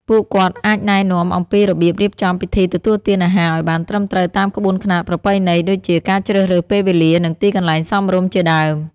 ពួកគាត់អាចណែនាំអំពីរបៀបរៀបចំពិធីទទួលទានអាហារឲ្យបានត្រឹមត្រូវតាមក្បួនខ្នាតប្រពៃណី ដូចជា ការជ្រើសរើសពេលវេលា និងទីកន្លែងសមរម្យ ជាដើម។